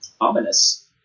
Ominous